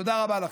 תודה רבה לכם.